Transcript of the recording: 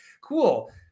cool